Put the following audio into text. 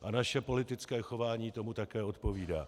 A naše politické chování tomu také odpovídá.